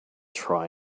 try